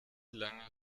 lange